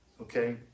okay